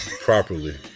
properly